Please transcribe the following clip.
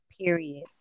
period